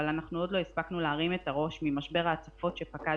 אבל אנחנו עוד לא הספקנו להרים את הראש ממשבר ההצפות שפקד